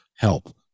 help